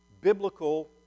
biblical